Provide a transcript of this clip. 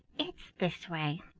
it's this way.